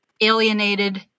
alienated